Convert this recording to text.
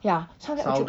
ya so after that 我就